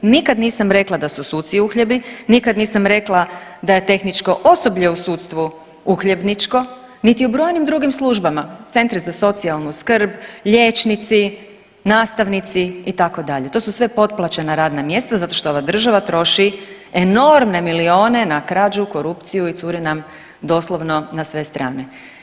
Nikad nisam rekla da su suci uhljebi, nikad nisam rekla da je tehničko osoblje u sudstvu uhljebničko, niti u brojnim drugim službama, centri za socijalnu skrb, liječnici, nastavnici itd., to su sve potplaćena radna mjesta zato što ova država troši enormne milione na krađu, korupciju i curi nam doslovno na sve strane.